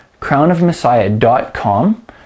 crownofmessiah.com